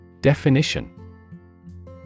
Definition